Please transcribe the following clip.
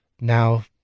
now